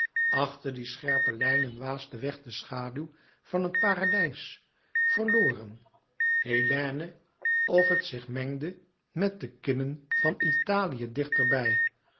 achter die scherpe lijnen waasde weg de schaduw van een paradijs verloren hélène of het zich mengde met de kimmen van italië dichter